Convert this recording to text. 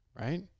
Right